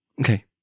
okay